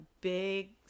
big